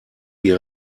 die